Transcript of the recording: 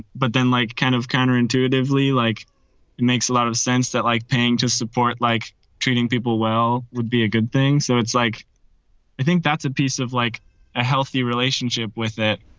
but then like kind of counterintuitively, like it makes a lot of sense that like paying to support, like treating people well would be a good thing so it's like i think that's a piece of like a healthy relationship with that